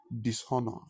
Dishonor